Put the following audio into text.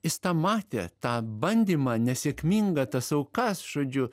jis tą matė tą bandymą nesėkmingą tas aukas žodžiu